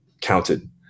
counted